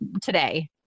today